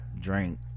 drink